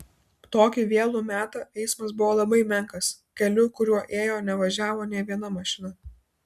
tokį vėlų metą eismas buvo labai menkas keliu kuriuo ėjo nevažiavo nė viena mašina